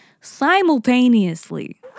simultaneously